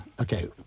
okay